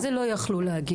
מה זה "לא יכלו להגיע"?